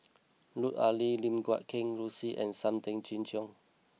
Lut Ali Lim Guat Kheng Rosie and Sam Tan Chin Siong